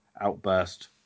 outburst